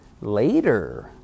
later